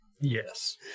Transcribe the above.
Yes